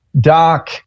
Doc